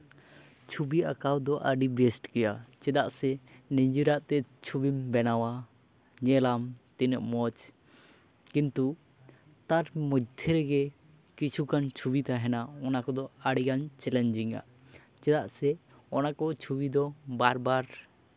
ᱪᱷᱚᱵᱤ ᱟᱸᱠᱟᱣ ᱫᱚ ᱟᱹᱰᱤ ᱵᱮᱥᱴ ᱜᱮᱭᱟ ᱪᱮᱫᱟᱜ ᱥᱮ ᱱᱤᱡᱮᱨᱟᱜ ᱛᱮ ᱪᱷᱚᱵᱤᱢ ᱵᱮᱱᱟᱣᱟ ᱧᱮᱞᱟᱢ ᱛᱤᱱᱟᱹᱜ ᱢᱚᱡᱽ ᱠᱤᱱᱛᱩ ᱛᱟᱨ ᱢᱚᱫᱽᱫᱷᱮ ᱜᱮ ᱠᱤᱪᱷᱩᱜᱟᱱ ᱪᱷᱚᱵᱤ ᱛᱟᱦᱮᱱᱟ ᱚᱱᱟ ᱠᱚᱫᱚ ᱟᱹᱰᱤᱜᱟᱱ ᱪᱮᱞᱮᱧᱡᱤᱝᱼᱟ ᱪᱮᱫᱟᱜ ᱥᱮ ᱚᱱᱟ ᱠᱚ ᱪᱷᱚᱵᱤ ᱫᱚ ᱵᱟᱨ ᱵᱟᱨ